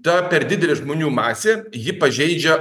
ta per didelė žmonių masė ji pažeidžia